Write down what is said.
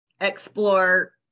explore